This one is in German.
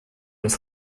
des